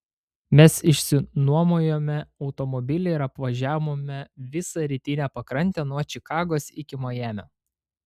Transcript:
mes išsinuomojome automobilį ir apvažiavome visą rytinę pakrantę nuo čikagos iki majamio